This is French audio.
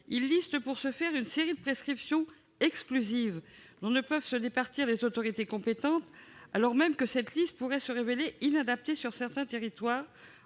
À cette fin, y figure une série de prescriptions exclusives dont ne peuvent se départir les autorités compétentes, alors même que cette liste pourrait se révéler inadaptée sur certains territoires,